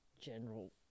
general